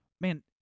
man—